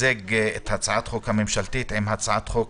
הצעת החוק הממשלתי עם הצעת החוק